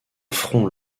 front